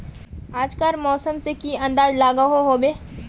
आज कार मौसम से की अंदाज लागोहो होबे?